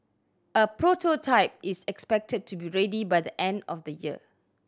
a prototype is expected to be ready by the end of the year